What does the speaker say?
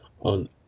on